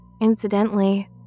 Incidentally